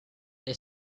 they